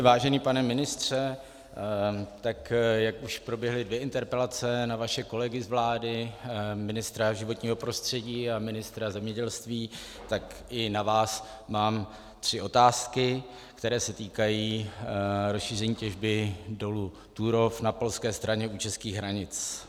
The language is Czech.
Vážený pane ministře, jak už proběhly dvě interpelace na vaše kolegy z vlády, ministra životního prostředí a ministra zemědělství, tak i na vás mám tři otázky, které se týkají rozšíření těžby dolu Turów na polské straně u českých hranic.